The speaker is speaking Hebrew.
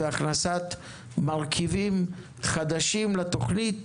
והכנסת מרכיבים חדשים בתוכנית,